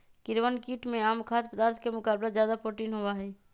कीड़वन कीट में आम खाद्य पदार्थ के मुकाबला ज्यादा प्रोटीन होबा हई